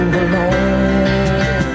alone